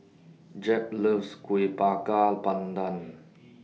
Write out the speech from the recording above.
Jep loves Kueh Bakar Pandan